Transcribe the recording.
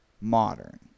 Modern